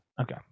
Okay